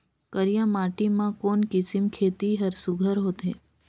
करिया माटी मा कोन किसम खेती हर सुघ्घर होथे?